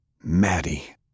Maddie